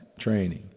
training